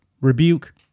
rebuke